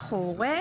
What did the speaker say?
אח או הורה,